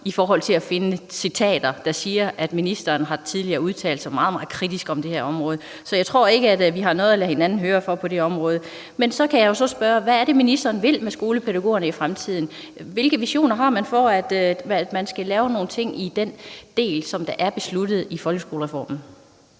i forhold til at finde citater, der viser, at ministeren tidligere har udtalt sig meget, meget kritisk om det her område, så jeg tror ikke, at vi har noget at lade hinanden høre for på det område. Men så kan jeg jo spørge: Hvad er det, ministeren vil med skolepædagogerne i fremtiden? Hvilke visioner har man for, at man skal lave nogle ting i den del, som der er besluttet i folkeskolereformen?